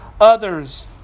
others